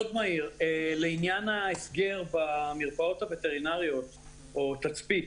לעניין ההסגר במרפאות הווטרינריות או תצפית.